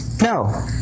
No